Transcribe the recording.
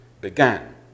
began